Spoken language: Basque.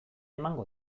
emango